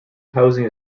housing